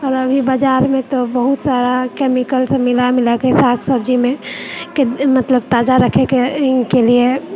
आओर अभी बाजारमे तऽ बहुत सारा केमिकल सब मिला मिलाके साग सब्जीमे मतलब ताजा राखयके लिए